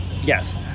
Yes